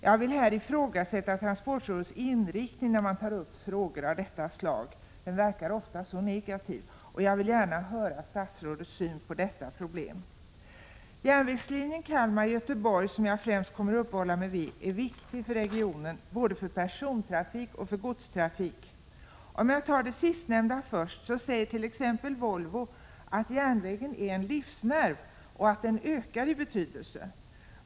Jag vill ifrågasätta transportrådets inriktning när man tar upp frågor av detta slag. Den verkar ofta så negativ, och jag vill gärna höra statsrådets syn på detta problem. Järnvägslinjen Kalmar-Göteborg, som jag främst kommer att uppehålla mig vid, är viktig för regionen, både för persontrafik och för godstrafik. Om jag tar det sistnämnda först, så säger t.ex. Volvo att järnvägen är en livsnerv och att den ökar i betydelse.